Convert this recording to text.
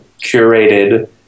curated